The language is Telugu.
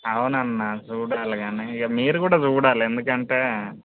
అవును అన్న చూడాలి కానీ ఇగ మీరు కూడా చూడాలి ఎందుకంటే